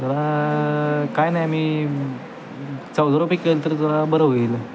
जरा काही नाही आम्ही चौदा रुपये केलं तर जरा बरं होईल